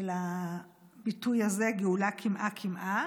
הביטוי הזה, גאולה קמעה-קמעה.